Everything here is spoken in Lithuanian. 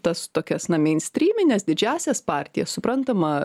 tas tokias na meinstrymines didžiąsias partijas suprantama